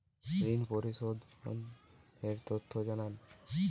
ঋন পরিশোধ এর তথ্য জানান